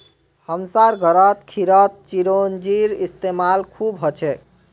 हमसार घरत खीरत चिरौंजीर इस्तेमाल खूब हछेक